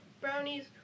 brownies